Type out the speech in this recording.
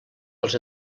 els